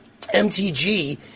MTG